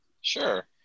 Sure